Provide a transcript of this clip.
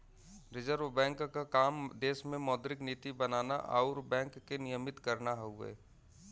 reserve bank क काम देश में मौद्रिक नीति बनाना आउर बैंक के नियमित करना हउवे